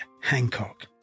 Hancock